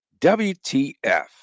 WTF